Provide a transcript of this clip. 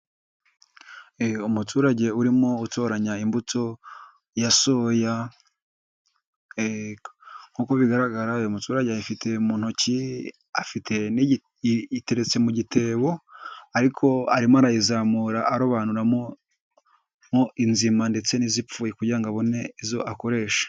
Umuturage urimo utoranya imbuto ya soya, uko bigaragara uyu muturage ayifitiye mu ntoki, iteretse mu gitebo ariko arimo arayizamura, arobanuramo mo inzima ndetse n'izipfuye kugira ngo abone izo akoresha.